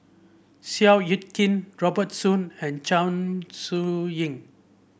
Seow Yit Kin Robert Soon and Chong Siew Ying